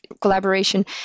collaboration